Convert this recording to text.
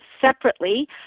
separately